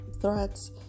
threats